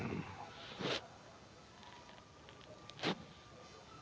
समुन्द्री भोजन के हाथ से भी इकट्ठा करलो जाय छै